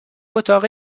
اتاق